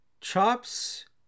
Chops